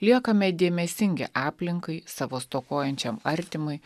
liekame dėmesingi aplinkai savo stokojančiam artimui